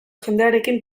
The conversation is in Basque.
jendearekin